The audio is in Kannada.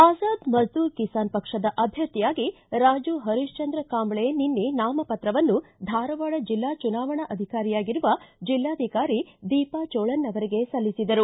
ಆಜಾದ್ ಮಜ್ಗೂರ ಕಿಸಾನ್ ಪಕ್ಷದ ಅಭ್ವರ್ಥಿಯಾಗಿ ರಾಜು ಹರಿಕ್ಷಂದ್ರ ಕಾಂಬಳೆ ನಿನ್ನೆ ನಾಮಪತ್ರವನ್ನು ಧಾರವಾಡ ಜಿಲ್ಲಾ ಚುನಾವಣಾಧಿಕಾರಿಯಾಗಿರುವ ಜಿಲ್ಲಾಧಿಕಾರಿ ದೀಪಾ ಚೋಳನ್ ಅವರಿಗೆ ಸಲ್ಲಿಸಿದರು